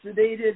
sedated